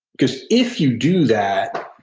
because if you do that,